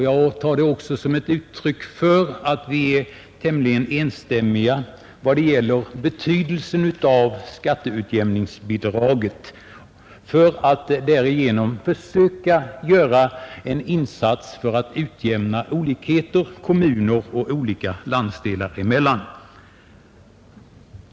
Jag tar det också som ett uttryck för att vi är tämligen enstämmiga i fråga om betydelsen av skatteutjämningsbidraget för att därigenom försöka göra en insats för att utjämna olikheter kommuner och landsdelar emellan.